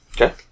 Okay